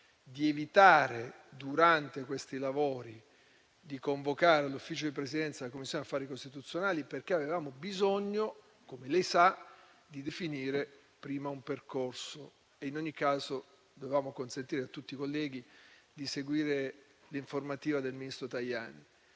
di evitare, durante questi lavori, di convocare l'Ufficio di Presidenza della Commissione affari costituzionali, perché avevamo bisogno - come lei sa - di definire prima un percorso, e in ogni caso dovevamo consentire a tutti i colleghi di seguire l'informativa del ministro Tajani.